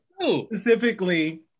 specifically